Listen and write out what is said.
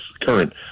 current